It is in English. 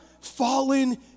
fallen